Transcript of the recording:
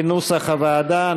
כנוסח הוועדה.